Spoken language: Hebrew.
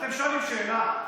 אתם שואלים שאלה.